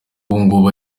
ubungubu